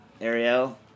Ariel